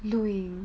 lu ying